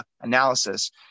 analysis